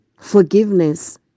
forgiveness